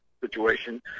situation